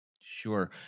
Sure